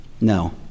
No